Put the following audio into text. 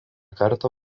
kartą